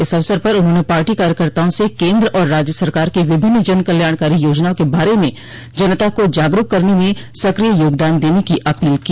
इस अवसर पर उन्होंने पार्टी कार्यकर्ताओं से केन्द्र और राज्य सरकार की विभिन्न जन कल्याणकारी योजनाओं के बारे में जनता को जागरूक करने में सक्रिय योगदान देने की अपील की